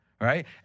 Right